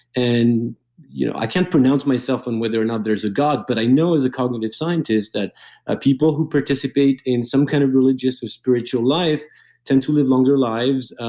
and you know i can't pronounce myself on whether or not there's a god, but i know as a cognitive scientist that ah people who participate in some kind of religious or spiritual life tend to live longer lives,